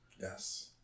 Yes